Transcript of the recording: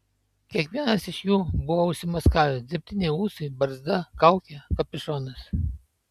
kiekvienas iš jų buvo užsimaskavęs dirbtiniai ūsai barzda kaukė kapišonas